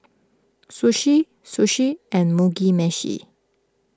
Sushi Sushi and Mugi Meshi